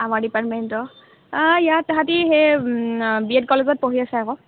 আমাৰ ডিপাৰ্টমেণ্টৰ তাই ইয়াত সিহঁতি সেই বি এড কলেজত পঢ়ি আছে আকৌ